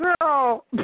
girl